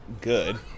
Good